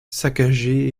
saccagé